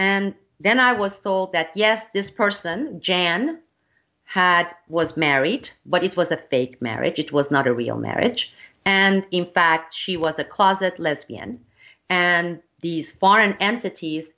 and then i was thought that yes this person jan had was married but it was a fake marriage it was not a real marriage and in fact she was a closet lesbian and these foreign entities